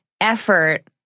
effort